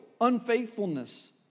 unfaithfulness